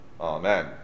Amen